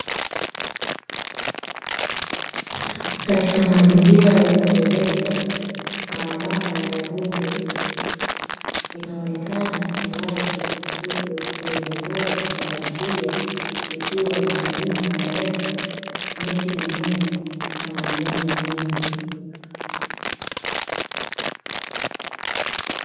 Katika mazingira ya kupendeza barabara ya vumbi inaonekana wazi huku pembezoni pa njia ikiwa na milima mirefu, miti minene na majani mengi.